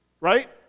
Right